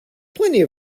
plenty